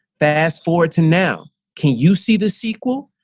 fast forward to now, can you see the sequel?